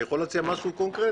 אני יכול להציע משהו קונקרטי,